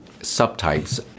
subtypes